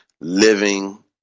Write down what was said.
living